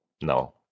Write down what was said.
no